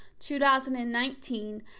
2019